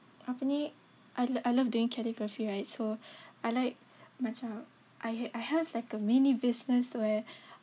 apa ni I lo~ I love doing calligraphy right so I like macam I have I have like a mini business where